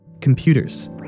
computers